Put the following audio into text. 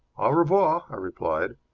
au revoir, i replied.